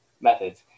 methods